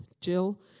Jill